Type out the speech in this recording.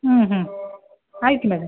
ಹ್ಞೂ ಹ್ಞೂ ಆಯ್ತು ಮೇಡಮ್